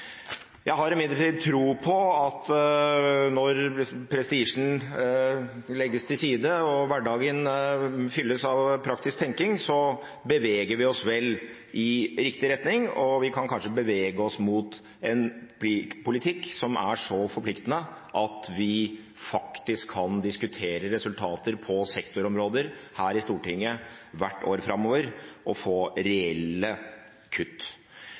Jeg har imidlertid tro på at når prestisjen legges til side og hverdagen fylles av praktisk tenkning, beveger vi oss vel i riktig retning, og vi kan kanskje bevege oss mot en politikk som er så forpliktende at vi faktisk kan diskutere resultater på sektorområder her i Stortinget hvert år framover og få reelle kutt.